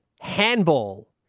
Handball